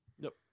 Nope